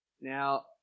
Now